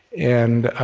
and